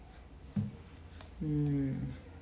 um